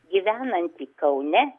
gyvenantį kaune